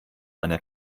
einer